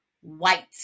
white